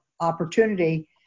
opportunity